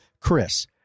Chris